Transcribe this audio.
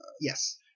Yes